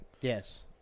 Yes